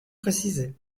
précisés